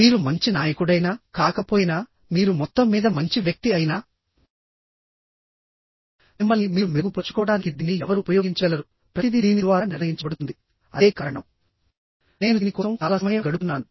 మీరు మంచి నాయకుడైనా కాకపోయినా మీరు మొత్తం మీద మంచి వ్యక్తి అయినామిమ్మల్ని మీరు మెరుగుపరుచుకోవడానికి దీన్ని ఎవరు ఉపయోగించగలరు ప్రతిదీ దీని ద్వారా నిర్ణయించబడుతుంది అదే కారణం నేను దీని కోసం చాలా సమయం గడుపుతున్నాను